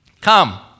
Come